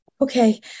Okay